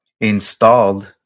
installed